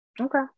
okay